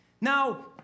Now